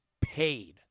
paid